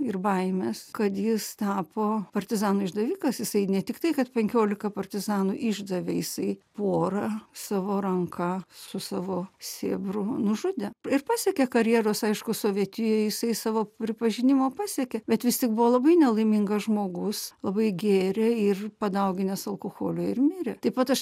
ir baimės kad jis tapo partizanų išdavikas jisai ne tiktai kad penkiolika partizanų išdavė jisai porą savo ranka su savo sėbru nužudė ir pasiekė karjeros aišku sovietijoj jisai savo pripažinimo pasiekė bet vis tik buvo labai nelaimingas žmogus labai gėrė ir padauginęs alkoholio ir mirė taip pat aš